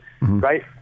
right